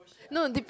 no